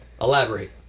elaborate